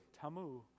Tamu